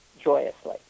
joyously